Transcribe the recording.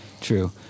true